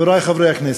חברי חברי הכנסת,